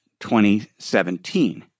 2017